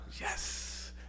yes